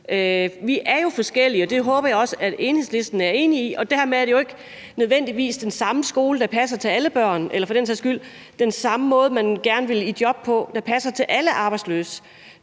Vi er jo forskellige – det håber jeg også at Enhedslisten er enig i – og dermed er det ikke nødvendigvis den samme skole, der passer til alle børn, eller for den sags skyld den samme måde, man gerne vil i job på, og som passer til alle arbejdsløse.